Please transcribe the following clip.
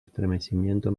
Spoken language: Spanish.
estremecimiento